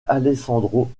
alessandro